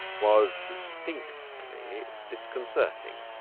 was distinctly disconcerting.